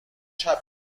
کردیم